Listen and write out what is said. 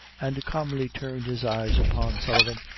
and calmly turned his eyes upon sullivan,